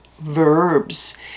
verbs